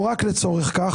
או רק לצורך כך?